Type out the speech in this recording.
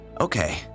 Okay